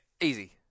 easy